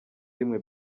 rimwe